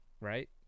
right